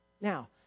Now